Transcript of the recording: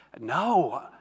No